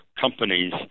companies